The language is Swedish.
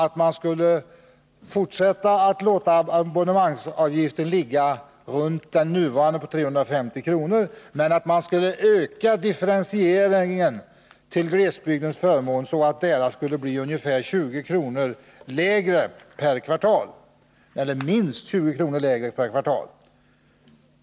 I stället bör man låta abonnemangsavgiften fortsättningsvis ligga på ungefär 350 kr. men öka differentieringen till glesbygdens förmån, så att avgiften där blir minst 20 kr. lägre per kvartal.